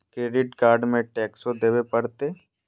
Credit card में टेक्सो देवे परते?